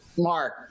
Mark